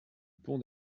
pont